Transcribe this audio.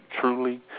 Truly